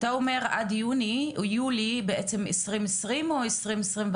אתה אומר בעצם עד יוני או יולי 2020 או 2021,